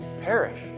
Perish